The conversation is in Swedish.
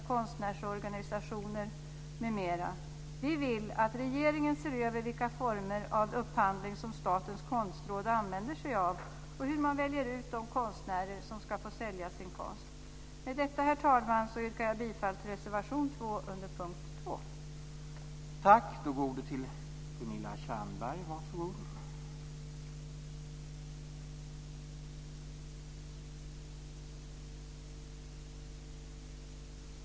Med detta, herr talman, yrkar jag bifall till reservation 2 under punkt 2.